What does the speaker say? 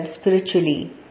spiritually